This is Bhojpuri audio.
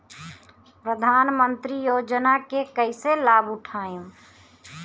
प्रधानमंत्री योजना के कईसे लाभ उठाईम?